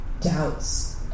doubts